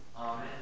Amen